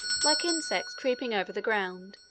like insects creeping over the ground,